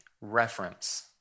reference